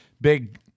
big